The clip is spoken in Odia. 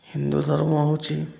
ହିନ୍ଦୁ ଧର୍ମ ହଉଛି